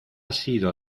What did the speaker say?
sido